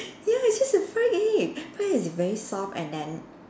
ya it's just a fried egg where it's very soft and then